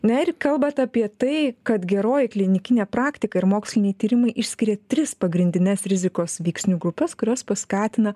na ir kalbat apie tai kad geroji klinikinė praktika ir moksliniai tyrimai išskiria tris pagrindines rizikos veiksnių grupes kurios paskatina